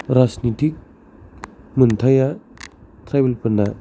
राजनिथिक मोनथाइया ट्राइबेल फोरना